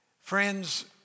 Friends